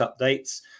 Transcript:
updates